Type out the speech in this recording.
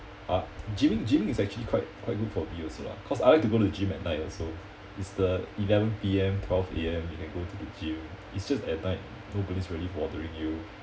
ah gymming gymming is actually quite quite good for me also lah cause I like to go to gym at night also it's the eleven P_M twelve A_M you can go to the gym it's just at night nobody's really bothering you